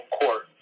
court